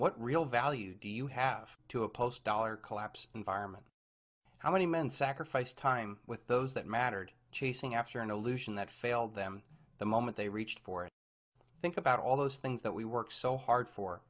what real value do you have to a post dollar collapse environment how many men sacrificed time with those that mattered chasing after an illusion that failed them the moment they reached for it think about all those things that we work so hard for